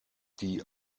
die